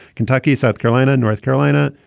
kentucky, south carolina, north carolina,